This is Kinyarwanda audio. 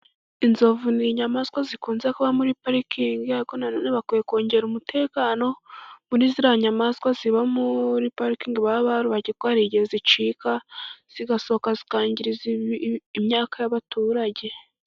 Inzovu ni inyamaswa zikunze kuba muri parike, Yego naone bakwiye kongera umutekano muri ziriya nyamaswa ziba muri parirke baba barubakiye kuko hari igihe zicika zikangiza imyaka y'abaturage.